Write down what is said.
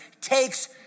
takes